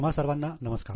तुम्हा सर्वांना नमस्कार